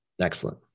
Excellent